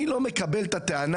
אני לא מקבל את הטענה,